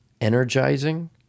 energizing